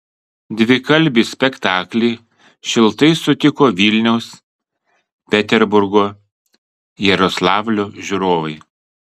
dvikalbį spektaklį šiltai sutiko vilniaus peterburgo jaroslavlio žiūrovai